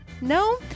No